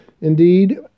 Indeed